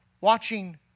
watching